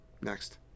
next